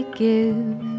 give